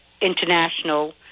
international